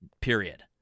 period